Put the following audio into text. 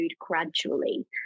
gradually